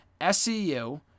SCU